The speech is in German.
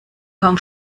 kaum